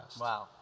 Wow